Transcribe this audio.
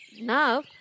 Now